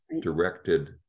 directed